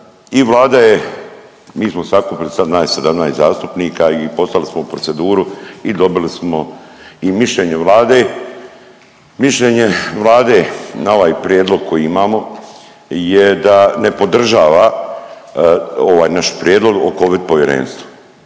i Vlade. Mi smo sakupili sad nas 17 zastupnika i poslali smo u proceduru i dobili smo i mišljenje Vlade. Mišljenje Vlade na ovaj prijedlog koji imamo je da ne podržava ovaj naš prijedlog o Covid povjerenstvu,